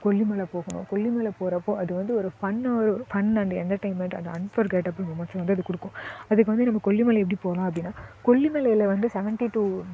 கொல்லிமலை போகணும் கொல்லிமலை போகறப்போ அது வந்து ஒரு fun fun and entertainment and unforgettable moments வந்து அது கொடுக்கும் அதுக்கு வந்து நம்ம கொல்லிமலை எப்படி போகலாம் அப்படின்னா கொல்லிமலையில் வந்து செவன்ட்டி டூ